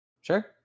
Sure